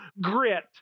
grit